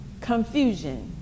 confusion